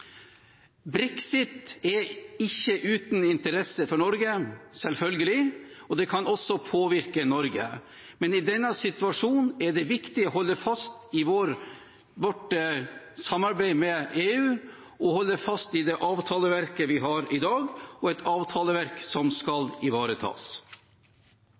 Brexit er ikke uten interesse for Norge – selvfølgelig – og det kan også påvirke Norge, men i denne situasjonen er det viktig å holde fast i vårt samarbeid med EU og holde fast i det avtaleverket vi har i dag, et avtaleverk som